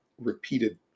repeated